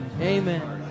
Amen